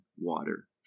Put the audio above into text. water